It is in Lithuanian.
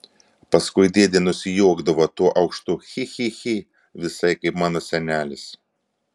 paskui dėdė nusijuokdavo tuo aukštu chi chi chi visai kaip mano senelis